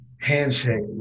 handshake